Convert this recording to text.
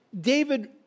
David